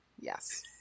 Yes